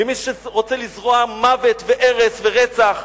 במי שרוצה לזרוע מוות והרס ורצח.